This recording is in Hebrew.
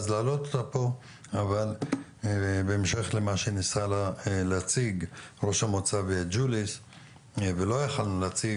אבל בהמשך שמה שניסה להציג ראש המועצה של ג'וליס ולא יכולנו להציג,